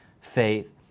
faith